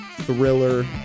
Thriller